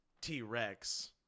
T-Rex